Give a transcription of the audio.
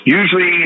usually